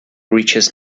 richest